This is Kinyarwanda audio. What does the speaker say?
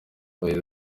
yagize